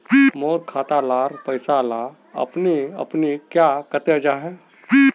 मोर खाता डार पैसा ला अपने अपने क्याँ कते जहा?